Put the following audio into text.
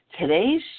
today's